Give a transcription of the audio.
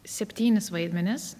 septynis vaidmenis